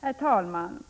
Herr talman!